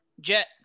Jet